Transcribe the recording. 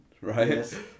right